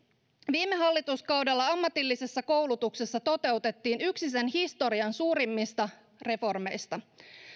viime hallituskaudella ammatillisessa koulutuksessa toteutettiin yksi sen historian suurimmista reformeista